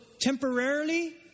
temporarily